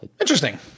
Interesting